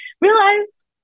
realized